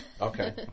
Okay